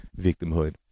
Victimhood